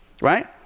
right